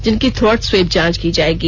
जिनकी throat swab जांच की जाएगी